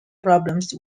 problems